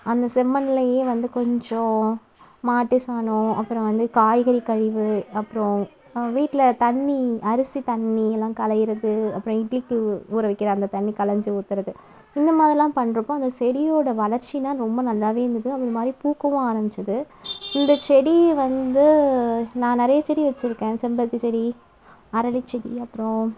அந்த செம்மண்ணிலையே வந்து கொஞ்சம் மாட்டு சாணம் அப்புறம் வந்து காய்கறி கழிவு அப்புறம் வீட்டில தண்ணி அரிசி தண்ணி எல்லாம் களையிறது அப்புறம் இட்லிக்கு ஊறவக்கிற அந்த தண்ணி களஞ்சி ஊற்றுறது இந்தமாதிரிலாம் பண்ணுறப்போ அந்த செடியோட வளர்ச்சிலாம் ரொம்ப நல்லாவே இருந்தது அதேமாரி பூக்கவும் ஆரமிச்சிது இந்த செடி வந்து நா நெறைய செடி வச்சிருக்கேன் செம்பருத்தி செடி அரளி செடி அப்றம்